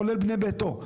כולל בני ביתו.